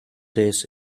this